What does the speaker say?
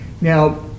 now